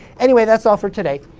anyway, that's all for today.